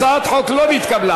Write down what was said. הצעת החוק לא נתקבלה.